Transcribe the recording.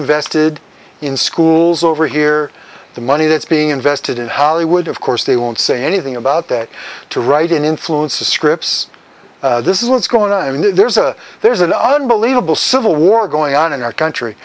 invested in schools over here the money that's being invested in hollywood of course they won't say anything about that to write in influence the scripts this is what's going on i mean there's a there's an unbelievable civil war going on in our country